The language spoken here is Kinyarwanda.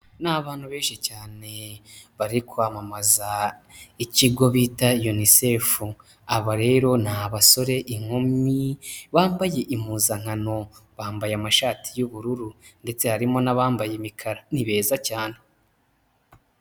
Ni abantu benshi cyane bari kwamamaza ikigo bita Unicef. Aba rero ni abasore, inkumi bambaye impuzankano. Bambaye amashati y'ubururu. Ndetse harimo n'abambaye imikara. Ni beza cyane.